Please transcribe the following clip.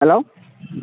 hello